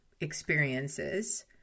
experiences